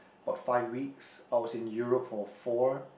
about five weeks I was in Europe for four